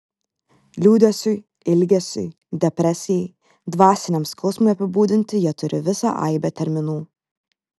liūdesiui ilgesiui depresijai dvasiniam skausmui apibūdinti jie turi visą aibę terminų